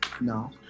No